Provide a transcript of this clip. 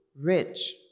rich